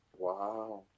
Wow